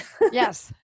Yes